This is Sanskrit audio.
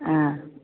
आ